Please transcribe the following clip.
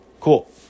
cool